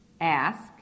ask